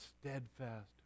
steadfast